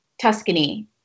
Tuscany